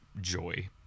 joy